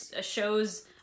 shows